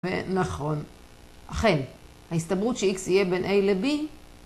ונכון, אכן, ההסתברות ש-X יהיה בין A ל-B